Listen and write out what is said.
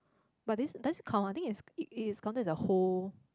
but this this count I think is it is counted as a whole